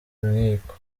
nkiko